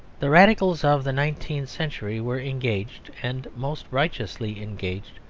the radicals of the nineteenth century were engaged, and most righteously engaged,